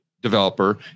developer